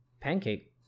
pancake